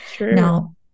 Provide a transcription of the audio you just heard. now